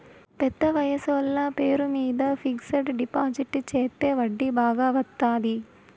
పెద్ద వయసోళ్ల పేరు మీద ఫిక్సడ్ డిపాజిట్ చెత్తే వడ్డీ బాగా వత్తాది